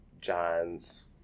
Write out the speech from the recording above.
John's